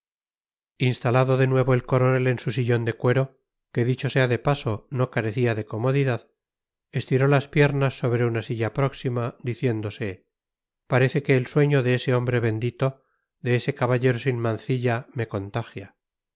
instalado de nuevo el coronel en su sillón de cuero que dicho sea de paso no carecía de comodidad estiró las piernas sobre una silla próxima diciéndose parece que el sueño de ese hombre bendito de ese caballero sin mancilla me contagia